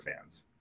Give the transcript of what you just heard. fans